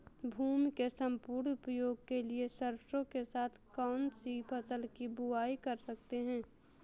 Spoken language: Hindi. भूमि के सम्पूर्ण उपयोग के लिए सरसो के साथ कौन सी फसल की बुआई कर सकते हैं?